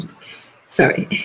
Sorry